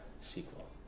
sequel